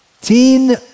Teen